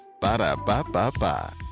Ba-da-ba-ba-ba